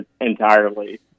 entirely